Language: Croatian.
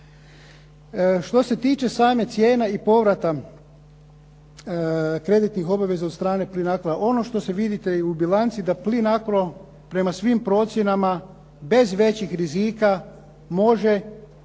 Što se tiče same cijene i povrata kreditnih obaveza od strane Plinacroa, ono što se vidi je i u bilanci da Plinacro prema svim procjenama bez većih rizika može i